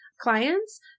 clients